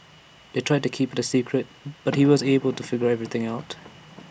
they tried to keep IT A secret but he was able to figure everything out